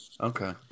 Okay